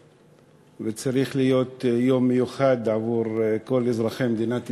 והוא צריך להיות יום מיוחד עבור כל אזרחי מדינת ישראל.